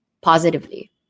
positively